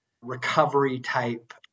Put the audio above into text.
recovery-type